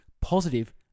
positive